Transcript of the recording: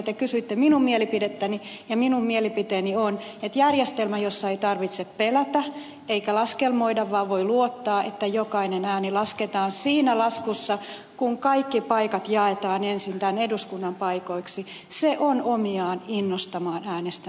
te kysyitte minun mielipidettäni ja minun mielipiteeni on että järjestelmä jossa ei tarvitse pelätä eikä laskelmoida vaan voi luottaa että jokainen ääni lasketaan siinä laskussa kun kaikki paikat jaetaan ensin tämän eduskunnan paikoiksi on omiaan innostamaan äänestämään lisää